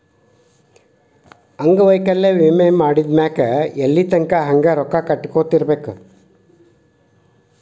ಅಂಗವೈಕಲ್ಯ ವಿಮೆ ಮಾಡಿದ್ಮ್ಯಾಕ್ ಎಲ್ಲಿತಂಕಾ ಹಂಗ ರೊಕ್ಕಾ ಕಟ್ಕೊತಿರ್ಬೇಕ್?